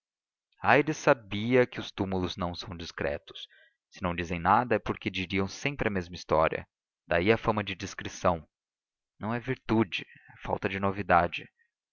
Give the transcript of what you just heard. túmulo aires sabia que os túmulos não são discretos se não dizem nada é porque diriam sempre a mesma história daí a fama de discrição não é virtude é falta de novidade